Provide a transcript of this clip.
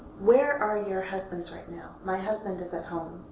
where are your husbands right now? my husband is at home.